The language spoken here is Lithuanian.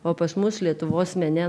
o pas mus lietuvos mene